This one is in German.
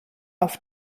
auf